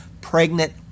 pregnant